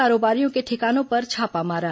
ये कारोबारियों के ठिकानों पर छापा मारा